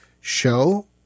show